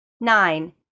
Nine